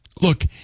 Look